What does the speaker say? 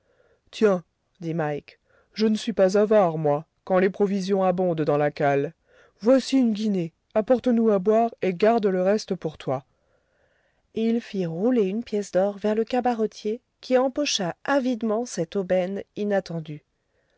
tiens dit mike je ne suis pas avare moi quand les provisions abondent dans la cale voici une guinée apporte nous à boire et garde le reste pour toi et il fit rouler une pièce d'or vers le cabaretier qui empocha avidement cette aubaine inattendue